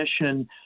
mission